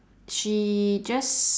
she just